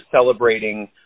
celebrating